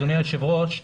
אדוני היושב ראש,